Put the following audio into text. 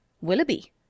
Willoughby